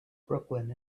brooklyn